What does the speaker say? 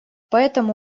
поэтому